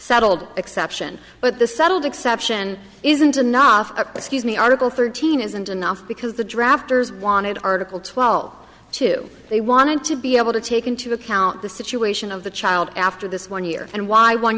settled exception but the settled exception isn't enough excuse me article thirteen isn't enough because the drafters wanted article twelve two they wanted to be able to take into account the situation of the child after this one year and why one